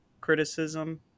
criticism